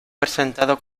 presentado